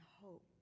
hope